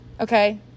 Okay